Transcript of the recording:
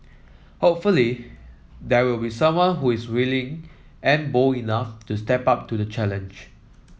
hopefully there will be someone who is willing and bold enough to step up to the challenge